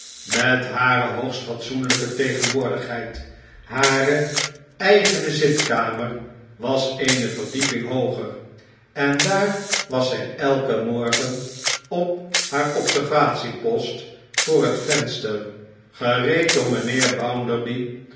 met hare hoogst fatsoenlijke tegenwoordigheid hare eigene zitkamer was eene verdieping hooger en daar was zij elken morgen op haar observatiepost voor het venster gereed om mijnheer